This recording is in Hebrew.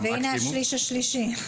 והנה השליש השלישי.